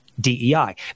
DEI